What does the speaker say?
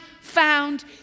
found